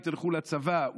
אולי תלכו לצבא,